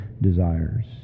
desires